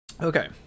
Okay